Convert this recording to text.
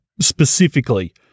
specifically